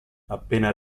appena